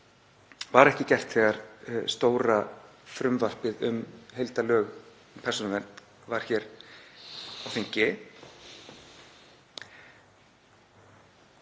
var gert þegar stóra frumvarpið um heildarlög um persónuvernd var hér á þingi.